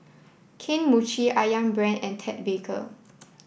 Kane Mochi Ayam Brand and Ted Baker